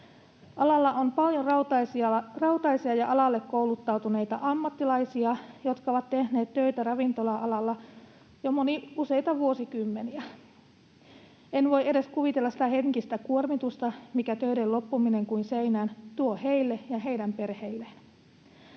Alalla on paljon rautaisia ja alalle kouluttautuneita ammattilaisia, joista moni on tehnyt töitä ravintola-alalla jo useita vuosikymmeniä. En voi edes kuvitella sitä henkistä kuormitusta, mitä töiden loppuminen kuin seinään tuo heille ja heidän perheilleen.